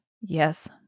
Yes